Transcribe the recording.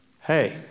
Hey